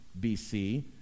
bc